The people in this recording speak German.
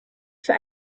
für